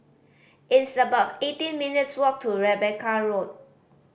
it's about eighteen minutes' walk to Rebecca Road